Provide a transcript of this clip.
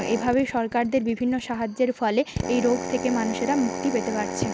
এভাবেই সরকারদের বিভিন্ন সাহায্যের ফলে এই রোগ থেকে মানুষেরা মুক্তি পেতে পারছে